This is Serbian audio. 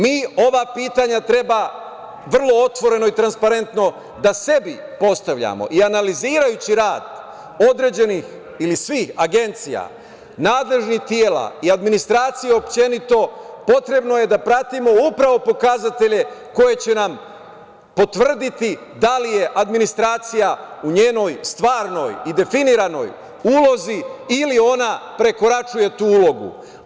Mi ova pitanja treba vrlo otvoreno i transparentno da sebi postavljamo i analizirajući rad određenih ili svih agencija, nadležnih tela i administracije općenito potrebno je da pratimo upravo pokazatelje koji će nam potvrditi da li je administracija u njenoj stvarnoj i definiranoj ulozi ili ona prekoračuje tu ulogu.